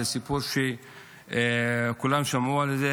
זה סיפור שכולם שמעו עליו,